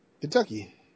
Kentucky